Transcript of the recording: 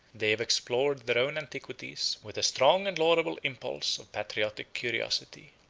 they have explored their own antiquities with a strong and laudable impulse of patriotic curiosity.